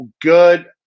good